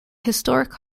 historic